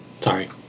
Sorry